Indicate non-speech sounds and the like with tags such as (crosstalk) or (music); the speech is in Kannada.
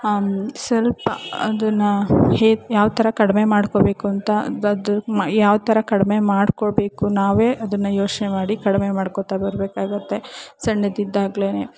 ಸ್ವಲ್ಪ ಅದನ್ನು ಹೆ ಯಾವ ಥರ ಕಡಿಮೆ ಮಾಡ್ಕೊಬೇಕು ಅಂತ (unintelligible) ಯಾವ ಥರ ಕಡಿಮೆ ಮಾಡ್ಕೊಬೇಕು ನಾವೇ ಅದನ್ನು ಯೋಚನೆ ಮಾಡಿ ಕಡಿಮೆ ಮಾಡ್ಕೋತ ಬರಬೇಕಾಗುತ್ತೆ ಸಣ್ಣದಿದ್ದಾಗ್ಲೇ